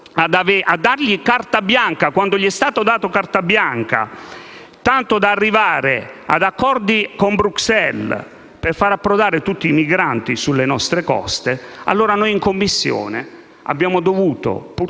loro carta bianca), tanto da arrivare ad accordi con Bruxelles per far approdare tutti i migranti sulle nostre coste. In Commissione abbiamo dovuto purtroppo